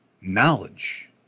Knowledge